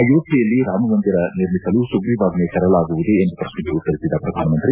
ಆಯೋಧ್ವೆಯಲ್ಲಿ ರಾಮಮಂದಿರ ನಿರ್ಮಿಸಲು ಸುಗ್ರಿವಾಜ್ಞೆ ತರಲಾಗುವುದೇ ಎಂಬ ಪ್ರಕ್ಷೆಗೆ ಉತ್ತರಿಸಿದ ಪ್ರಧಾನಮಂತ್ರಿ